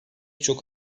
çok